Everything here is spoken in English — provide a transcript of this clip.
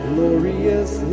Glorious